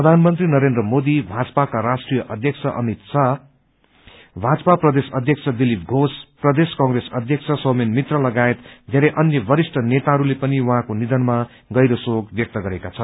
प्रधानमन्त्री श्री नरेन्द्र मोदी भाजपाका राष्ट्रीय अध्यक्ष अमित शाह भाजपा प्रदेश अध्यक्ष दिलीप घोष प्रदेश कंग्रेस अध्यक्ष सोमेन मित्र लगायत बेरै अन्य वरिष्ठ नेताहस्ले पनि उहाँको निधनमा गहिरो शोक व्यक्त गरेका छन्